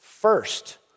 First